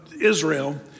Israel